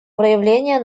проявления